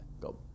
go